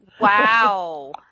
Wow